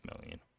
million